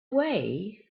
way